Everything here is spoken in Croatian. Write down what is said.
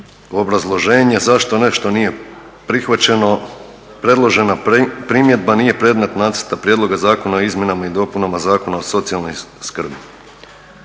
obrazloženje zašto nešto nije prihvaćeno. Predložena primjedba nije predmet Nacrta prijedloga zakona o izmjenama i dopunama Zakona o socijalnoj skrbi.